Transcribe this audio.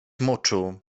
moczu